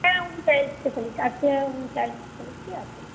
হ্যাঁ উনি child specialist আজকে চাইল্ড স্পেশালিস্টই আছে